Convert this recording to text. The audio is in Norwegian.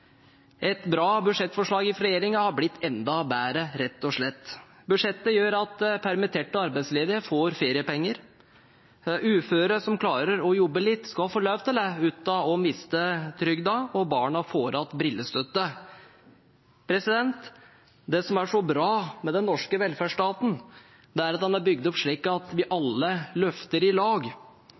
Et bra budsjettforslag fra regjeringen er blitt enda bedre, rett og slett. Budsjettet gjør at permitterte og arbeidsledige får feriepenger. Uføre som klarer å jobbe litt, skal få lov til det uten å miste trygden, og barn får tilbake brillestøtten. Det som er så bra med den norske velferdsstaten, er at den er bygd opp slik at vi alle løfter i lag.